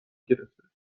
گرفته